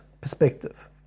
perspective